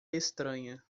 estranha